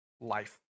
life